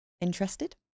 Interested